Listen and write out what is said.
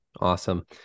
awesome